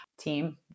team